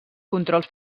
controls